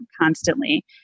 constantly